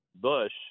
Bush